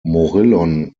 morillon